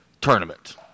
Tournament